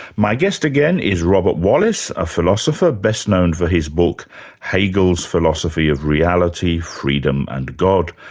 my guest again is robert wallace, a philosopher, best-known for his book hegel's philosophy of reality, freedom and god,